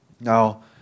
Now